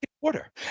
quarter